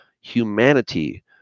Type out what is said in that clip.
humanity